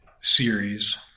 series